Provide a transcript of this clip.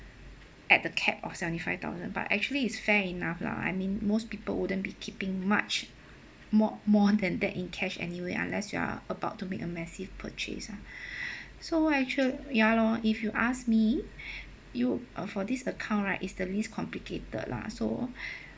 at the cap of seventy five thousand but actually is fair enough lah I mean most people wouldn't be keeping much more more than that in cash anyway unless you're about to make a massive purchase ah so actu~ ya lor if you ask me you uh for this account right is the least complicated lah so